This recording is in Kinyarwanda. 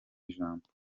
ijambo